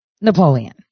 Napoleon